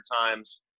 times